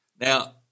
now